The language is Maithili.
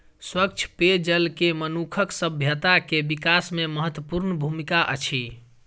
स्वच्छ पेयजल के मनुखक सभ्यता के विकास में महत्वपूर्ण भूमिका अछि